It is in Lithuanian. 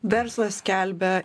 verslas skelbia